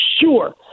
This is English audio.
sure